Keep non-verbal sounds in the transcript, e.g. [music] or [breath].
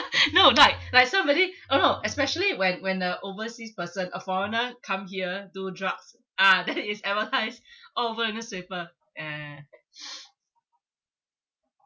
no like like somebody oh no especially when when the overseas person a foreigner come here do drugs ah that is advertised all over the newspaper eh [breath]